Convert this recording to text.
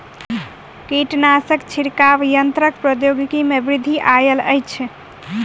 कीटनाशक छिड़काव यन्त्रक प्रौद्योगिकी में वृद्धि आयल अछि